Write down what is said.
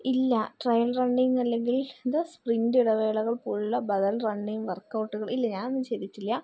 ഇല്ല trail running അല്ലെങ്കിൽ എന്താ സ്പ്രിന്റ് ഇടവേളകൾക്കുള്ള ബദൽ റണ്ണിങ് വർകൗട്ടുകൾ ഇല്ല ഞാനൊന്നും ചെയ്തിട്ടില്ല